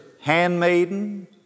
handmaiden